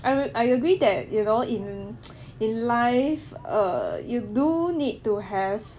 I rea~ I agree that you know in in life err you do need to have